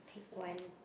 one